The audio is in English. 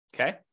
okay